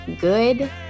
good